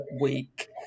week